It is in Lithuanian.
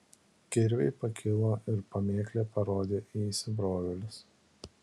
kirviai pakilo ir pamėklė parodė į įsibrovėlius